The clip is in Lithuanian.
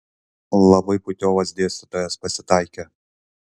labai putiovas dėstytojas pasitaikė